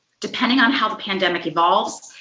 depending on how the pandemic evolves,